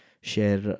share